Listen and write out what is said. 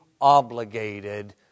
obligated